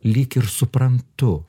lyg ir suprantu